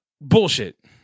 Bullshit